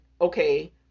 okay